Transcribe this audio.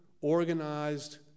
organized